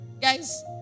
Guys